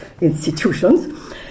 institutions